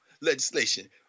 legislation